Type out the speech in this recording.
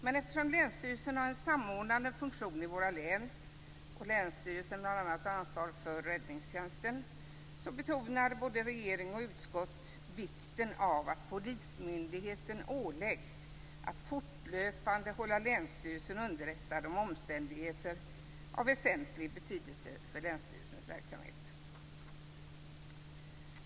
Men eftersom länsstyrelsen har en samordnande funktion i våra län, den har bl.a. ansvar för räddningstjänsten, betonar både regering och utskott vikten av att polismyndigheten åläggs att fortlöpande hålla länsstyrelsen underrättad om omständigheter av väsentlig betydelse för länsstyrelsens verksamhet.